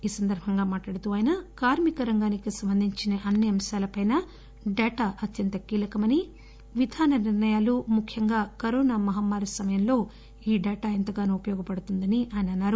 ఈ సందర్బంగా మాట్లాడుతూ ఆయన కార్మిక రంగానికి సంబంధించిన అన్ని అంశాలపైనా డాటా అత్యంత కీలకమని విధాన నిర్ణయాల్లో ముఖ్యంగా కరోనా మహమ్మారి సమయంలో ఈ డేటా ఎంతగానో ఉపయోగపడుతుందని గంగ్వార్ అన్నారు